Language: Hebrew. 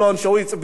שהוא הצביע,